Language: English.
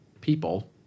people